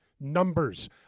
numbers